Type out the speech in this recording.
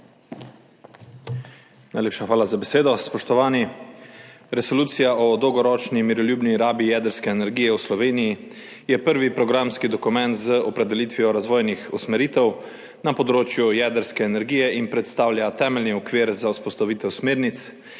Najlepša hvala za besedo. Spoštovani! Resolucija o dolgoročni miroljubni rabi jedrske energije v Sloveniji je prvi programski dokument z opredelitvijo razvojnih usmeritev na področju jedrske energije in predstavlja temeljni okvir za vzpostavitev smernic